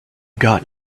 got